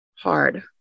hard